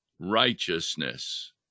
righteousness